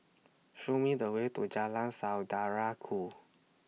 Show Me The Way to Jalan Saudara Ku